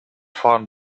vorn